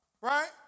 right